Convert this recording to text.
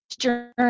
journey